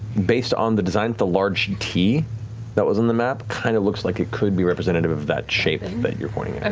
based on the design with the large and t that was on the map, kind of looks like it could be representative of that shape that you're pointing and